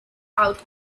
out